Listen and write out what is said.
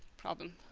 problem.